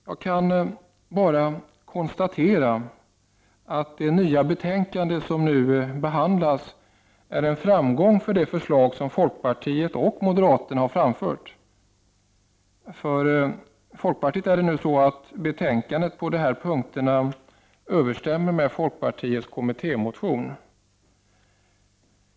Jag kan bara konstatera att det nya betänkande som nu behandlas är en framgång för de förslag som folkpartiet och moderaterna har framfört. För folkpartiet är det nu så att betänkandet på de här punkterna överensstämmer med folkpartiets kommittémotion.